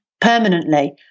permanently